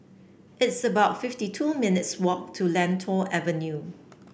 it's about fifty two minutes' walk to Lentor Avenue